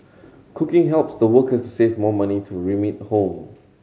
cooking helps the workers save more money to remit home